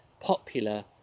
popular